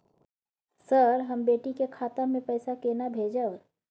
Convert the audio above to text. Sir, हम बेटी के खाता मे पैसा केना भेजब?